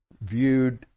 viewed